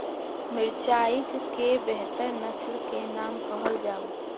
मिर्चाई केँ बेहतर नस्ल केँ नाम कहल जाउ?